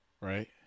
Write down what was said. right